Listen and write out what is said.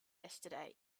yesterday